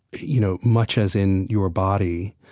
you know, much as in your body,